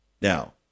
Now